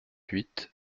huit